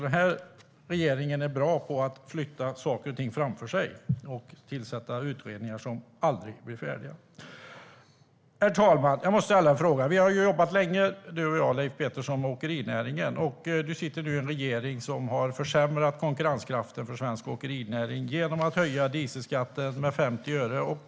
Den här regeringen är bra på att flytta saker och ting framför sig och tillsätta utredningar som aldrig blir färdiga. Herr talman! Vi har ju jobbat länge du och jag, Leif Pettersson, med åkerinäringen. Nu representerar du en regering som har försämrat konkurrenskraften för svensk åkerinäring genom att man har höjt dieselskatten med 50 öre.